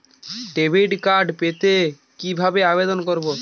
Debit card পেতে কি ভাবে আবেদন করব?